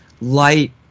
light